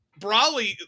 Brawley